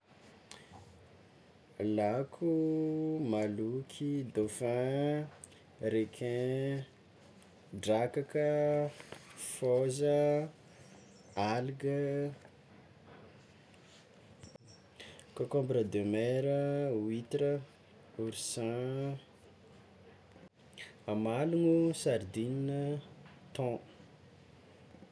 Lako, mahaloky, dauphin, requin, drakaka, fôza, algue, concombre de mer, huitre, oursin, amalogno, sardine, thon.